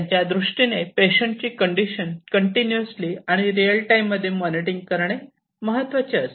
त्यांच्या दृष्टीने पेशंट ची कंडीशन कंटिन्यूअसली आणि रिअल टाइम मध्ये मॉनिटरिंग करणे महत्त्वाचे असते